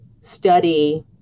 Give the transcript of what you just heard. study